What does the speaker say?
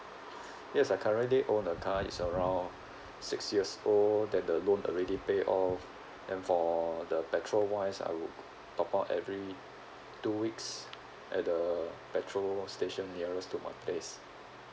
yes I currently own a car it's around six years old then the loan already pay off and for the petrol wise I would top up every two weeks at the petrol station nearest to my place